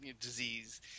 disease